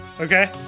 Okay